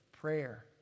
prayer